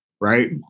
right